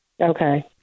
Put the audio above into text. Okay